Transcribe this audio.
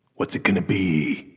what's it going to be?